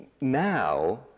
now